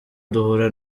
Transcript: duhura